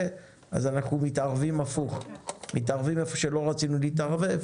אז אנחנו מתערבים הפוך במקום שלא רצינו להתערב,